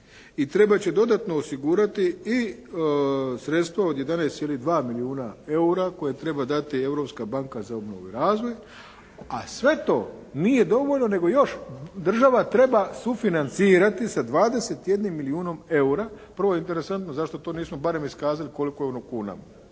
i trebati će dodatno osigurati i sredstva od 11,2 milijuna eura koje treba dati Europska banka za obnovu i razvoj, a sve to nije dovoljno nego još država treba sufinancirati sa 21 milijunom eura. Prvo je interesantno zašto to nismo barem iskazali koliko je u kunama,